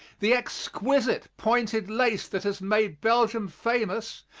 the exquisite pointed lace that has made belgium famous,